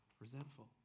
resentful